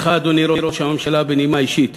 לך, אדוני ראש הממשלה, בנימה אישית,